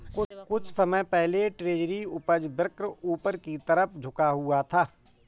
कुछ समय पहले ट्रेजरी उपज वक्र ऊपर की तरफ झुका हुआ था